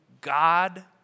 God